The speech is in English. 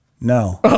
No